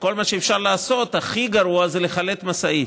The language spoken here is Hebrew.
כל מה שאפשר לעשות, הכי גרוע זה לחלט את המשאית.